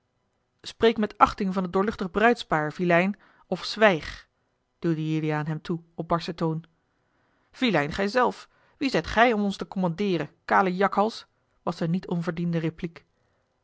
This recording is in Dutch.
spreek met achting van het doorluchtig bruidspaar vilein of zwijg duwde juliaan hem toe op barschen toon vilein gij zelf wie zijt gij om ons te commandeeren kale jakhals was de niet onverdiende repliek